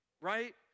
right